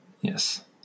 Yes